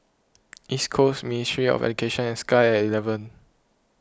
East Coast Ministry of Education and Sky at eleven